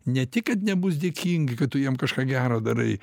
ne tik kad nebus dėkingi kad tu jiem kažką gero darai